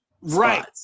right